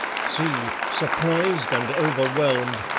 see, surprised and overwhelmed